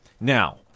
Now